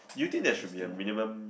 do you think there should be a minimum